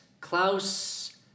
Klaus